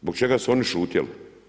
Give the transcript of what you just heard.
Zbog čega su oni šutjeli?